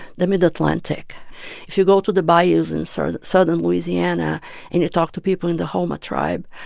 the mid-atlantic. if you go to the bayous in sort of southern louisiana and you talk to people in the houma tribe,